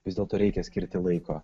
vis dėlto reikia skirti laiko